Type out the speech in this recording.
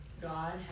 God